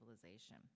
civilization